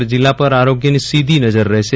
સમગ્ર જીલ્લા પર આરોગ્યની સીધી નજર રફેશે